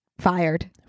fired